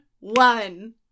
one